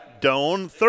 Doan